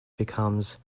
becomes